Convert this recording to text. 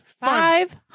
Five